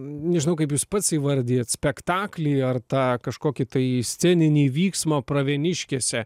nežinau kaip jūs pats įvardijat spektaklį ar tą kažkokį tai sceninį vyksmą pravieniškėse